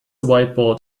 whiteboard